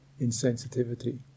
insensitivity